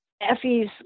Effie's